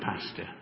pastor